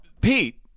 Pete